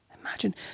Imagine